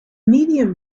medium